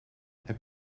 heb